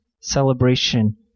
celebration